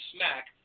Smack